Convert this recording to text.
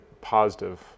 positive